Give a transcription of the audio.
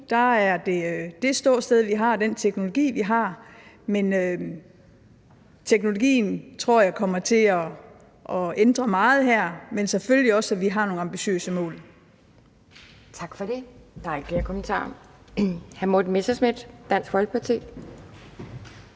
er det det ståsted, vi har, og den teknologi, vi har. Men teknologien, tror jeg, kommer til at ændre meget her, men selvfølgelig også at vi har nogle ambitiøse mål. Kl. 11:46 Anden næstformand (Pia Kjærsgaard): Tak for det. Der er ikke flere kommentarer. Hr. Morten Messerschmidt, Dansk Folkeparti.